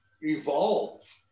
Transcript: evolve